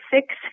six